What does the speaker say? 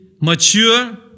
mature